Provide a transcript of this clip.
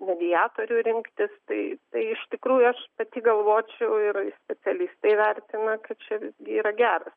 mediatorių rinktis tai tai iš tikrųjų aš pati galvočiau ir specialistai vertina kad čia yra geras